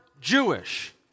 Jewish